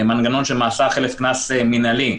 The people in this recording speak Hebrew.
של מעצר חלף קנס מנהלי.